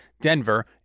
Denver